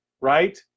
Right